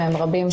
והם רבים,